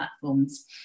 platforms